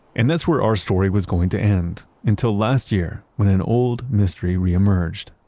and that's where our story was going to end. until last year, when an old mystery reemerged.